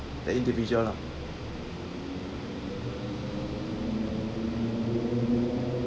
the individual lah